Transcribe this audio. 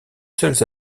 seules